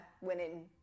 winning